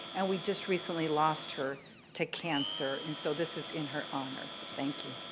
and we just recently lost her to cancer, and so this is in her honor. thank you.